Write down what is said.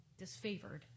disfavored